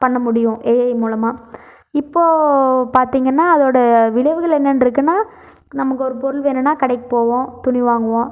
பண்ண முடியும் ஏஐ மூலமா இப்போ பார்த்திங்கன்னா அதோட விளைவுகள் என்னன்ருக்குன்னா நமக்கு ஒரு பொருள் வேணுன்னா கடைக்கு போவோம் துணி வாங்குவோம்